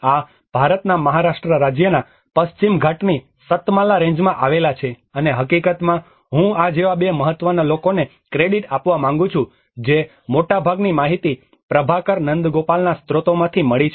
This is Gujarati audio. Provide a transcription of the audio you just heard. આ ભારતના મહારાષ્ટ્ર રાજ્યના પશ્ચિમ ઘાટની સત્માલા રેન્જમાં આવેલા છે અને હકીકતમાં હું આ જેવા બે મહત્વના લોકોને ક્રેડિટ આપવા માંગુ છું જે મોટાભાગની માહિતી પ્રભાકર નંદગોપાલના સ્ત્રોતમાંથી મળી છે